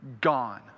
gone